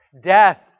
Death